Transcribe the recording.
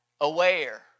aware